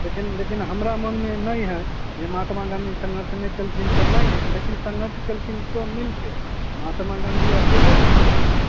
लेकिन लेकिन हमरा मनमे नहि हए जे महात्मा गाँधी सङ्घर्ष नहि कयलखिन तऽ नहि हए लेकिन सङ्घर्ष कयलखिन सब मिलिके महात्मा गाँधी अकेले नहि कयलखिन